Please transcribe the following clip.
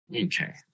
Okay